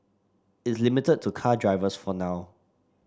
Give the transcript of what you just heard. it's limited to car drivers for now